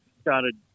started